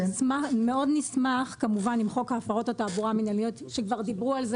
מאוד נשמח אם חוק הפרות התעבורה המינהליות יקודם,